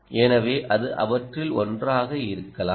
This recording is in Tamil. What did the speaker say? எனவே அது அவற்றில் ஒன்றாக இருக்கலாம்